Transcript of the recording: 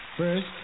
First